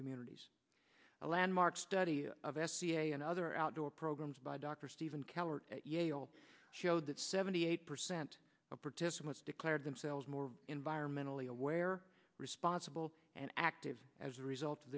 communities a landmark study of s c a and other outdoor programs by dr stephen keller showed that seventy eight percent of participants declared themselves more environmentally aware responsible and active as a result of